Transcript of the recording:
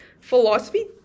philosophy